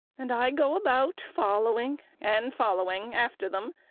and i go about following and following after them,